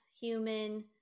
human